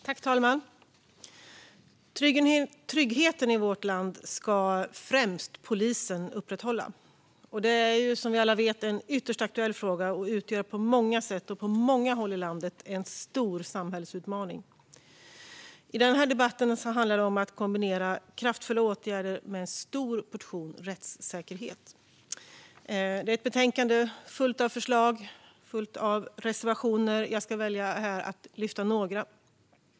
Fru talman! Tryggheten i vårt land är det främst polisen som ska upprätthålla. Det är, som vi alla vet, en ytterst aktuell fråga. Den utgör på många sätt och på många håll i landet en stor samhällsutmaning. I den här debatten handlar det om att kombinera kraftfulla åtgärder med en stor portion rättssäkerhet. Detta är ett betänkande som är fullt av förslag och fullt av reservationer, och jag ska välja att lyfta fram några.